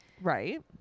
right